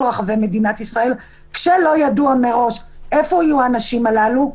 רחבי מדינת ישראל כשלא ידוע מראש איפה יהיו האנשים הללו.